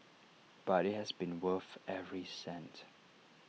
but IT has been worth every cent